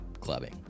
clubbing